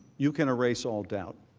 you can erase all doubt.